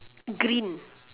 green